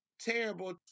terrible